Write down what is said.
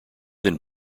than